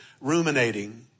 ruminating